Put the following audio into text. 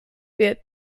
wird